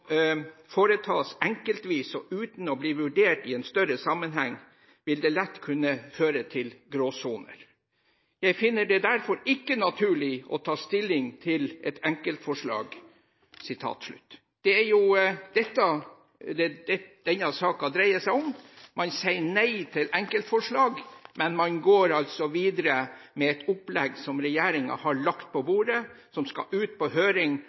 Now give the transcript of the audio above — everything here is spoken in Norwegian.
foretas enkeltvis og uten å bli vurdert i en større sammenheng, vil lett kunne føre ut i nye gråsoner. Jeg finner det derfor ikke naturlig å ta stilling til enkeltforslag Det er jo dette denne saken dreier seg om. Man sier nei til enkeltforslag, men man går altså videre med et opplegg som regjeringen har lagt på bordet, som skal ut på høring,